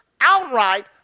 outright